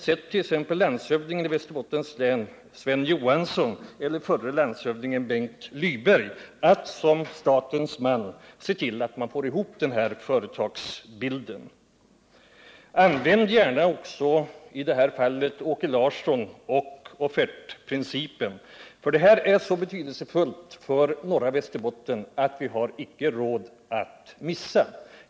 Låt t.ex. landshövdingen i Västerbottens län Sven Johansson eller förre landshövdingen Bengt Lyberg som statens man dra upp riktlinjerna för den nya företagsbilden! Använd gärna också i detta sammanhang Åke Larsson och offertprincipen! Denna fråga är så betydelsefull för norra Västerbotten att vi icke har råd att förlora detta tillfälle.